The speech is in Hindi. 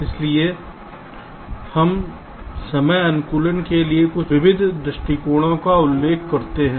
इसलिए हम समय अनुकूलन के लिए कुछ विविध दृष्टिकोणों का उल्लेख करते हैं